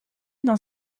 dans